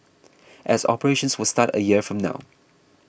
as operations will start a year from now